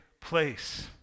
place